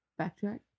backtrack